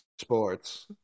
sports